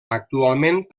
actualment